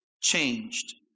changed